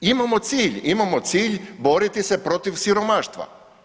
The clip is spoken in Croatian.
Imamo cilj, imamo cilj boriti se protiv siromaštva.